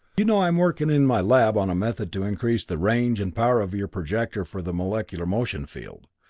you know i'm working in my lab on a method to increase the range and power of your projector for the molecular motion field.